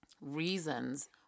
reasons